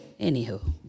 Anywho